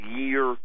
year